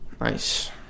Nice